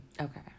okay